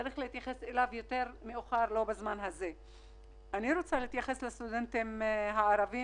אני רוצה להתייחס לסטודנטים ערבים